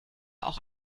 auch